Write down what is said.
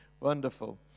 Wonderful